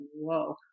Whoa